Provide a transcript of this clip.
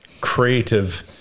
creative